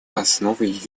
основой